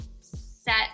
set